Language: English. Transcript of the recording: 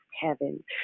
heaven